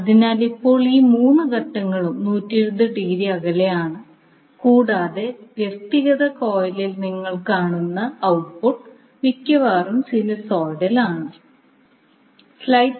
അതിനാൽ ഇപ്പോൾ ഈ 3 ഘട്ടങ്ങളും 120 ഡിഗ്രി അകലെയാണ് കൂടാതെ വ്യക്തിഗത കോയിലിൽ നിങ്ങൾ കാണുന്ന ഔട്ട്പുട്ട് മിക്കവാറും സിനുസോയ്ഡൽ ആണ്